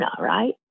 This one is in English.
right